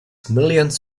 millions